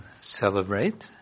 celebrate